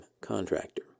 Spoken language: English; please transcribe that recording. contractor